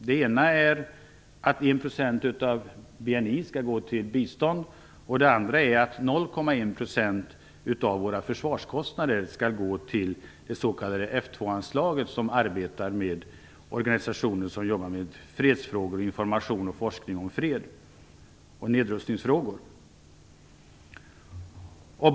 Det ena målet är att 1 % av BNI skall gå till bistånd, och det andra är att 0,1 % av våra försvarskostnader skall gå till det s.k. F 2-anslaget som används för organisationer som arbetar med fredsfrågor, information och forskning om fred och nedrustningsfrågor.